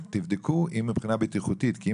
תבדקו אם מבחינה בטיחותית זה אפשרי,